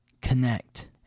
connect